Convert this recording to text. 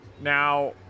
Now